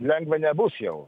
lengva nebus jau